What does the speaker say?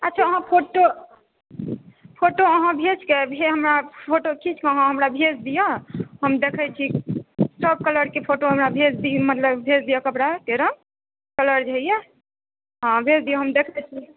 अच्छा अहाँ photo photo अहाँ भेज कऽ भी अहाँ फोटो खीँच कऽ हमरा भेज दिअ हम देखैत छी सभकलरके फोटो हमरा भेज दिअ मतलब भेज दिअ कपड़ाके रङ्ग कलर जे होइए हँ भेज दियौ हम देख लैत छी